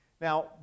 Now